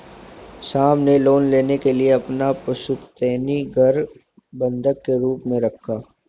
श्याम ने लोन के लिए अपना पुश्तैनी घर बंधक के रूप में रखा